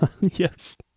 Yes